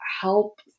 help